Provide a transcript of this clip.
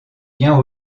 bien